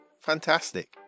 fantastic